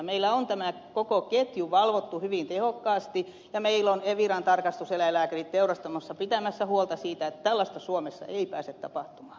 meillä on tämä koko ketju valvottu hyvin tehokkaasti ja meillä on eviran tarkastuseläinlääkärit teurastamoissa pitämässä huolta siitä että tällaista suomessa ei pääse tapahtumaan